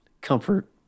comfort